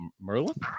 Merlin